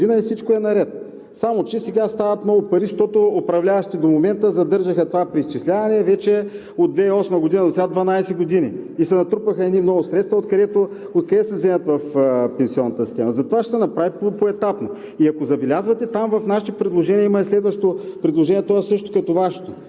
и всичко е наред. Само че сега стават много пари, защото управляващите до момента задържаха това преизчисляване от 2008 г. досега – вече 12 години, и се натрупаха много средства. Откъде да се вземат в пенсионната система? Затова ще се направи поетапно. И, ако забелязвате, в нашите предложения има и следващо предложение, то е същото като Вашето